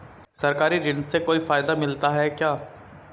सरकारी ऋण से कोई फायदा मिलता है क्या?